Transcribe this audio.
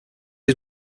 was